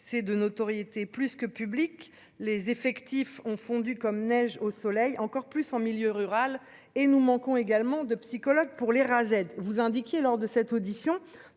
c'est de notoriété plus que public, les effectifs ont fondu comme neige au soleil encore plus en milieu rural et nous manquons également de psychologues pour les Rased vous indiquiez lors de cette audition